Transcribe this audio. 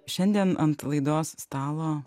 šiandien ant laidos stalo